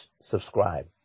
subscribe